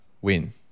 win